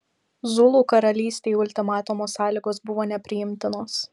zulų karalystei ultimatumo sąlygos buvo nepriimtinos